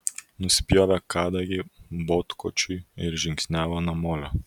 nusipjovė kadagį botkočiui ir žingsniavo namolio